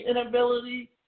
inability